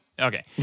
Okay